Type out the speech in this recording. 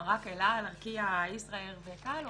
רק אל על, ארקיע, ישראייר וק.א.ל.